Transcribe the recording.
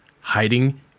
hiding